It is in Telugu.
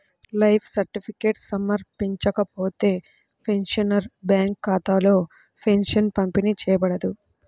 లైఫ్ సర్టిఫికేట్ సమర్పించకపోతే, పెన్షనర్ బ్యేంకు ఖాతాలో పెన్షన్ పంపిణీ చేయబడదు